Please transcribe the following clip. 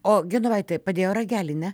o genovaitė padėjo ragelį ne